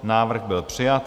Návrh byl přijat.